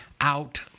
out